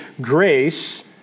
grace